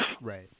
Right